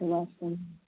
तो बात करेंगे